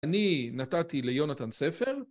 ‫אני נתתי ליונתן ספר.